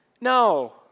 No